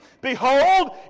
Behold